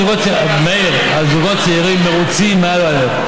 מאיר, הזוגות הצעירים מרוצים מעל ומעבר.